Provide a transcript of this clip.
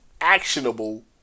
actionable